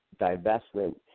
divestment